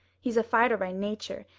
he's a fighter by nature.